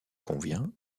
convient